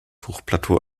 hochplateau